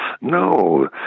No